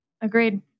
Agreed